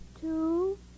two